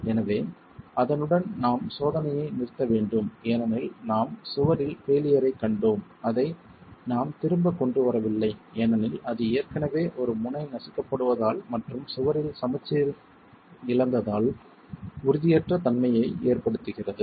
எனவே அதனுடன் நாம் சோதனையை நிறுத்த வேண்டும் ஏனெனில் நாம் சுவரில் பெய்லியர் ஐக் கண்டோம் அதை நாம் திரும்பக் கொண்டு வரவில்லை ஏனெனில் அது ஏற்கனவே ஒரு முனை நசுக்கப்படுவதால் மற்றும் சுவரில் சமச்சீர் இழந்ததால் உறுதியற்ற தன்மையை ஏற்படுத்துகிறது